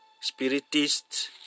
spiritists